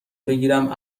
بگیرم